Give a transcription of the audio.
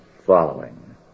following